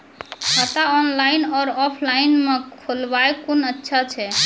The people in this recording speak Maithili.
खाता ऑनलाइन और ऑफलाइन म खोलवाय कुन अच्छा छै?